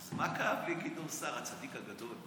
אז מה כאב לגדעון סער, הצדיק הגדול?